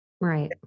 right